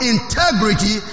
Integrity